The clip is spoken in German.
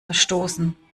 verstoßen